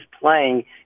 playing